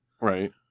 Right